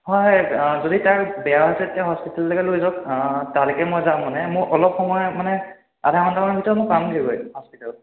হয় যদি তাৰ বেয়া হৈছে তেতিয়া হস্পিটেললেকে লৈ যাওক তালেকে মই যাম মানে মোৰ অলপ সময় মানে আধা ঘন্টামানৰ ভিতৰত মই পামগে গৈ হস্পিতাল